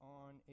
on